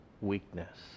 weakness